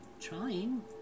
Trying